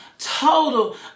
total